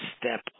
step